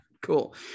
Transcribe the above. Cool